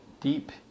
deep